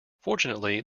fortunately